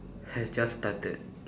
has just started